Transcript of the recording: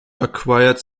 acquired